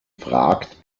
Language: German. fragt